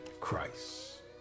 Christ